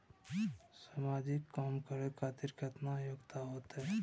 समाजिक काम करें खातिर केतना योग्यता होते?